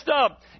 up